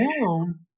down